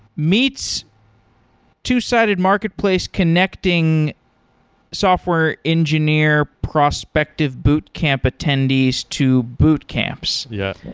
meets two-sided marketplace connecting software engineer prospective boot camp attendees to boot camps. yeah.